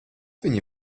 viņi